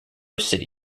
city